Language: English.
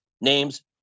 names